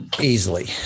easily